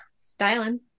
Styling